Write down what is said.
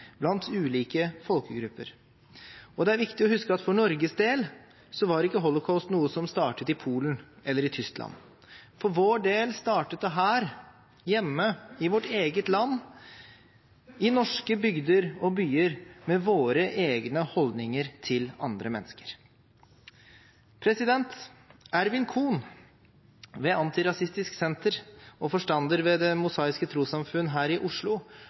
blant ulike folkegrupper. Det er viktig å huske at for Norges del var ikke holocaust noe som startet i Polen eller i Tyskland. For vår del startet det her – hjemme i vårt eget land, i norske bygder og byer, med våre egne holdninger til andre mennesker. Ervin Kohn ved Antirasistisk Senter, som også er forstander ved Det Mosaiske Trossamfund her i Oslo,